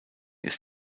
ist